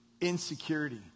insecurity